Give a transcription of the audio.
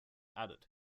added